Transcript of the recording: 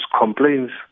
complaints